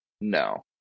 No